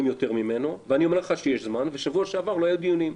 יותר ממנו ואני אומר לך שיש זמן ושבוע שעבר לא היו דיונים.